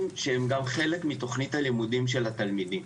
שהם גם חלק מתכנית הלימודים של התלמידים.